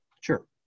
Sure